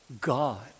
God